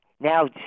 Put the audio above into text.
Now